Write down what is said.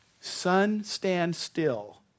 sun-stand-still